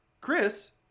Chris